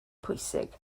pwysig